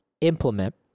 implement